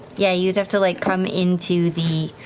yeah, you'd have to like come into the,